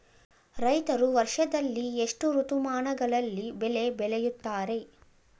ರೈತರು ವರ್ಷದಲ್ಲಿ ಎಷ್ಟು ಋತುಮಾನಗಳಲ್ಲಿ ಬೆಳೆ ಬೆಳೆಯುತ್ತಾರೆ?